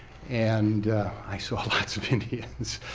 and i saw a lots of indians.